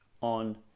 on